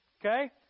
Okay